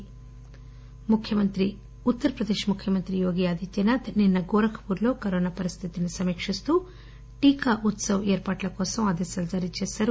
ఇదిలావుండగా ఉత్తర్ ప్రదేశ్ ముఖ్యమంత్రి యోగి ఆదిత్యనాథ్ నిన్న గోరఖ్ పూర్లో కరోనా పరిస్టితిని సమీకిస్తూ టీకా ఉత్సవ్ ఏర్పాట్ల కోసం ఆదేశాలు జారీ చేశారు